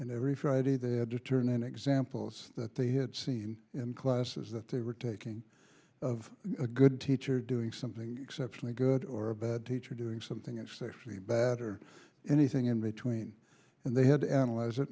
and every friday the return examples that they had seen in classes that they were taking of a good teacher doing something exceptionally good or a bad teacher doing something exceptionally bad or anything in between and they had to analyze it